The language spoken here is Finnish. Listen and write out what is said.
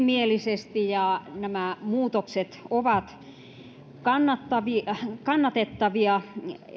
yksimielisesti nämä muutokset ovat kannatettavia kannatettavia